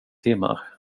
timmar